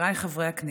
חבריי חברי הכנסת,